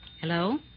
Hello